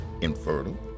infertile